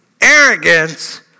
Arrogance